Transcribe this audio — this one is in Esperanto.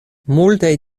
multaj